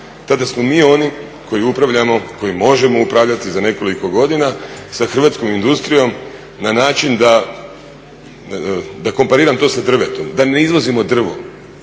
Tada smo mi oni koji upravljamo, koji možemo upravljati za nekoliko godina sa hrvatskom industrijom na način da kompariram to sa drvetom, da ne izvozimo drvo